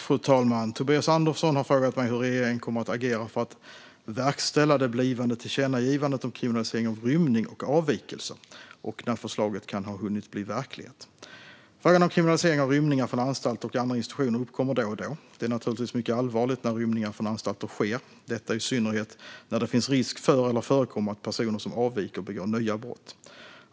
Fru talman! Tobias Andersson har frågat mig hur regeringen kommer att agera för att verkställa det blivande tillkännagivandet om kriminalisering av rymning och avvikelser och när förslaget kan ha hunnit bli verklighet. Frågan om kriminalisering av rymningar från anstalter och andra institutioner uppkommer då och då. Det är naturligtvis mycket allvarligt när rymningar från anstalter sker - detta i synnerhet när det finns risk för eller förekommer att personer som avviker begår nya brott.